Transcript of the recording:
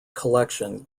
collection